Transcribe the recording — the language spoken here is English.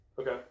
Okay